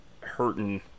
hurting